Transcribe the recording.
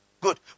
Good